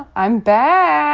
i'm back!